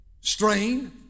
strain